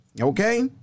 Okay